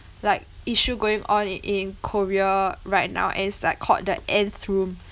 like issue going on in korea right now and it's like called the nth room